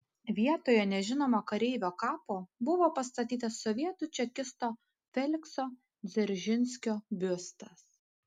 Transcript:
vietoje nežinomo kareivio kapo buvo pastatytas sovietų čekisto felikso dzeržinskio biustas